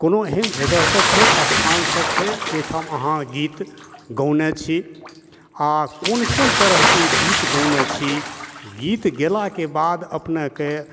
कोनो एहन जगह सब छै स्थान सब छै जाहिठाम अहाँ गीत गौने छी आओर कोन कोन तरहके गीत गौने छी गीत गेलाके बाद अपनेके